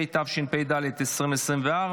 התשפ"ד 2024,